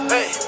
Hey